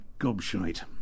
gobshite